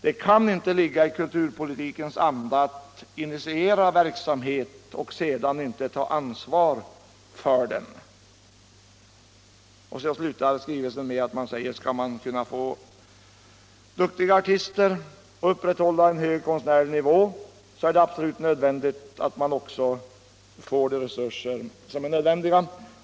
”Det kan inte ligga i kulturpolitikens anda att initiera verksamhet och sedan inte ta ansvar för den.” Skrivelsen slutar med att skall man få duktiga artister och upprätthålla en hög konstnärlig kvalitet, är det absolut nödvändigt att man också får de resurser som behövs.